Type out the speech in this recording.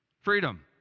Freedom